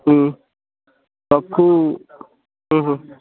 ହୁଁ ଆଗ୍କୁ ଉଁ ହୁଁ